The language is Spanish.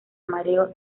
mareo